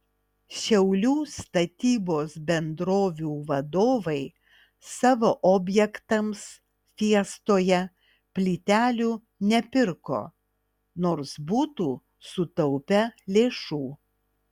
šiaulių statybos bendrovių vadovai savo objektams fiestoje plytelių nepirko nors būtų sutaupę lėšų